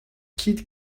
kid